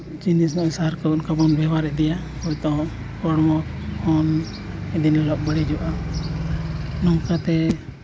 ᱡᱤᱱᱤᱥ ᱵᱚᱱ ᱥᱟᱨ ᱠᱚ ᱚᱱᱠᱟ ᱵᱚᱱ ᱵᱮᱵᱚᱦᱟᱨ ᱤᱫᱤᱭᱟ ᱡᱚᱦᱛᱚ ᱦᱚᱲᱢᱚ ᱦᱚᱸ ᱢᱤᱫ ᱫᱤᱱ ᱦᱤᱞᱟᱹᱜ ᱵᱟᱹᱲᱤᱡᱚᱜᱼᱟ ᱱᱚᱝᱠᱟᱛᱮ